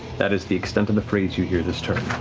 that is the extent of the phrase you hear this turn.